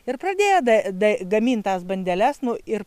ir pradėjo gamint tas bandeles nu ir